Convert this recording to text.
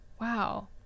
Wow